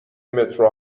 مترو